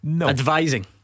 advising